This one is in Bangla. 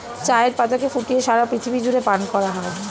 চায়ের পাতাকে ফুটিয়ে সারা পৃথিবী জুড়ে পান করা হয়